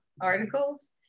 articles